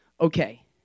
okay